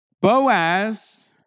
Boaz